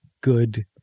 good